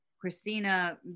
Christina